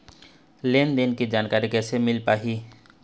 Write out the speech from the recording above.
लेन देन के जानकारी कैसे मिल पाही?